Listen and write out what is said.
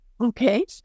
Okay